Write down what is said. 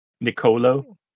Nicolo